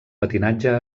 patinatge